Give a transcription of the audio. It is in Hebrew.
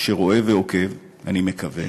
שרואה ועוקב, אני מקווה,